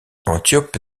antiope